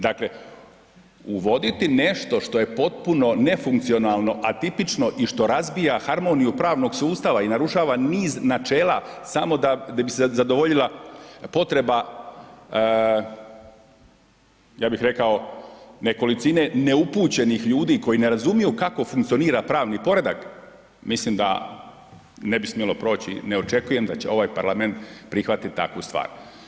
Dakle uvoditi nešto što je potpuno nefunkcionalno, atipično i što razbija harmoniju pravnog sustava i narušava niz načela samo da bise zadovoljila potreba, ja bih rekao nekolicine neupućenih ljudi koji ne razumiju kako funkcionira pravni poredak, mislim da je ne bi smjelo proći, ne očekujem da će ovaj Parlament prihvatit takvu stvar.